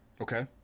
Okay